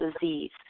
disease